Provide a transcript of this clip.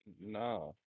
No